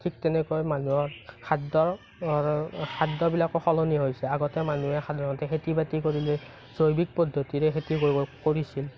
ঠিক তেনেকৈ মানুহৰ খাদ্য খাদ্যবিলাকো সলনি হৈছে আগতে মানুহে সাধাৰণতে খেতি বাতি কৰিলে জৈৱিক পদ্ধতিৰে খেতি কৰিব কৰিছিল